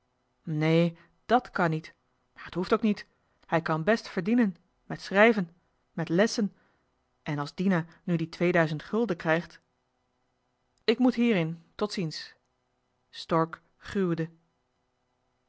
nee dat kan niet maar t hoeft ook niet hij kan best verdienen met schrijven met lessen en als dina nu twee duizend gulden krijgt ik moet hier in tot ziens stork gruwde